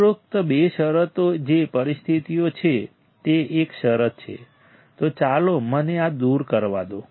ઉપરોક્ત બે શરતો જે પરિસ્થિતિઓ છે તે એક શરત છે તો ચાલો મને આ દૂર કરવા દો